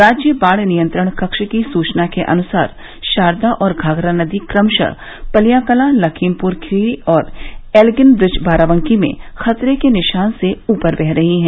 राज्य बाढ़ नियंत्रण कक्ष की सूचना के अनुसार शारदा और घाघरा नदी क्रमशः पलियाकलां लखीमपुर खीरी और एल्गिन व्रिज बाराबंकी में खतरे के निशान से ऊपर बह रही है